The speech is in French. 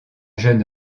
jeune